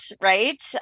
right